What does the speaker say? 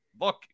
look